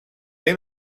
این